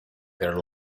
their